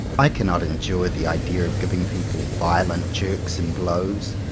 i cannot endure the idea of giving people violent jerks and blows.